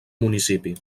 municipi